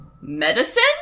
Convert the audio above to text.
medicine